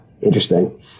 interesting